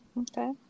Okay